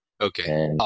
Okay